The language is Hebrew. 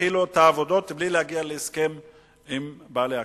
יתחילו את העבודות בלי להגיע להסכם עם בעלי הקרקע.